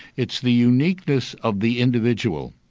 it's the uniqueness of the individual,